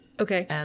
Okay